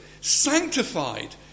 sanctified